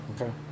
Okay